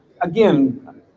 again